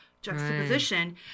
juxtaposition